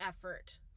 effort